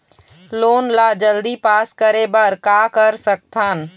Loan ला जल्दी pass करे बर का कर सकथन?